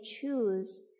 choose